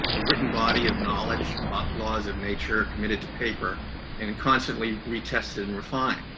a written body of knowledge about laws of nature, committed to paper and constantly retested and refined.